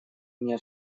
меня